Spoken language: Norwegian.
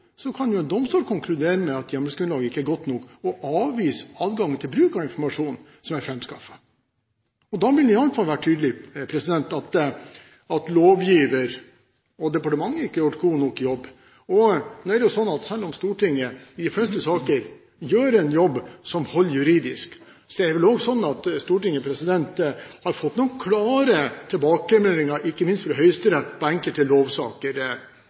kan domstolen konkludere med at hjemmelsgrunnlaget ikke er godt nok og avvise adgangen til bruk av informasjon som er framskaffet. Da vil det iallfall være tydelig at lovgiver og departementet ikke har gjort en god nok jobb. Selv om Stortinget i de fleste saker gjør en jobb som holder juridisk, er det vel også sånn at Stortinget har fått noen klare tilbakemeldinger ikke minst fra Høyesterett på enkelte lovsaker.